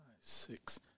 six